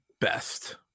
best